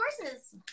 courses